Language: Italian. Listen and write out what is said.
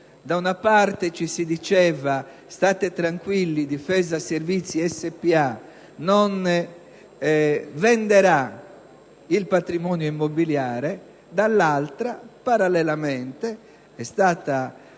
da una parte ci si diceva «state tranquilli, Difesa Servizi Spa non venderà il patrimonio immobiliare»; dall'altro, parallelamente, è stata